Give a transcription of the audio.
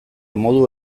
modu